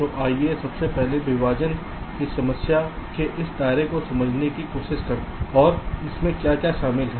तो आइए सबसे पहले विभाजन की समस्या के इस दायरे को समझाने की कोशिश करते हैं और इसमें क्या शामिल है